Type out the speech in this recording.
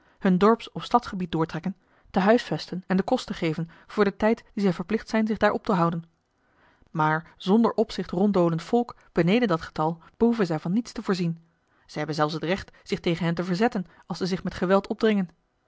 hun dorps of stadsgebied doortrekken te huisvesten en den kost te geven voor den tijd dien zij verplicht zijn zich daar op te houden maar zonder opzicht ronddolend volk beneden dat getal behoeven zij van niets te voorzien ze hebben zelfs het recht zich tegen hen te verzetten als zij zich met geweld opdringen